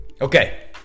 okay